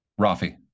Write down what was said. Rafi